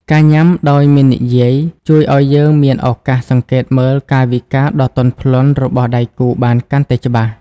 ការញ៉ាំដោយមិននិយាយ ជួយឱ្យយើងមានឱកាសសង្កេតមើលកាយវិការដ៏ទន់ភ្លន់របស់ដៃគូបានកាន់តែច្បាស់។